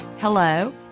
hello